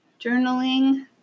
journaling